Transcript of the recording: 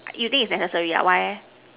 you think is necessary ah why eh